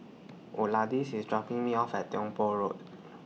IS dropping Me off At Tiong Poh Road